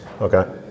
Okay